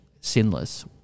sinless